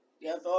Yes